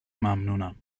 ممنونم